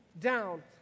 down